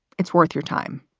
it's worth your time.